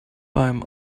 beim